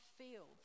feel